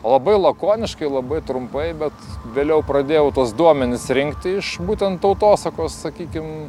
labai lakoniškai labai trumpai bet vėliau pradėjau tuos duomenis rinkti iš būtent tautosakos sakykim